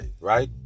right